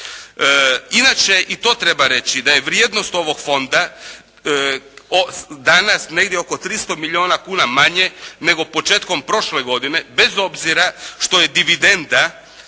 Inače, i to treba reći da je vrijednost ovoga Fonda danas negdje oko 300 milijuna kuna manje nego početkom prošle godine bez obzira što je dividenda